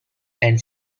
and